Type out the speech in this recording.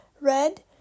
Red